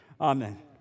Amen